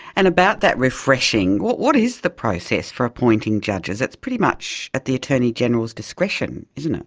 and about that refreshing, what is the process for appointing judges? it's pretty much at the attorney general's discretion, isn't it.